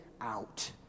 out